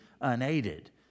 unaided